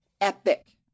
epic